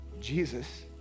Jesus